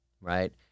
Right